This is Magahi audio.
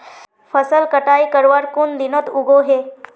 फसल कटाई करवार कुन दिनोत उगैहे?